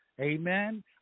amen